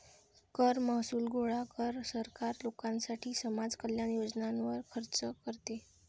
कर महसूल गोळा कर, सरकार लोकांसाठी समाज कल्याण योजनांवर खर्च करते